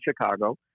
Chicago